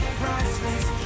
priceless